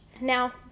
Now